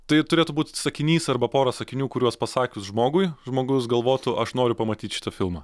tai turėtų būt sakinys arba pora sakinių kuriuos pasakius žmogui žmogus galvotų aš noriu pamatyt šitą filmą